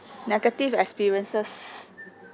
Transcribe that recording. negative experiences